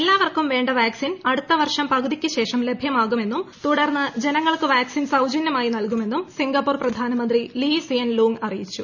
എല്ലാവർക്കൂർ വേണ്ട വാക്സിൻ അടുത്ത വർഷം പകുതിയ്ക്ക് ശേഷം ലഭ്യമാകുമെന്നും തുടർന്ന് ജനങ്ങൾക്ക് വാക്സിൻ സൌജന്യമായി നിൽകുമെന്നും സിങ്കപ്പൂർ പ്രധാനമന്ത്രി ലീ സിയൻ ലൂങ് അറിയിച്ചു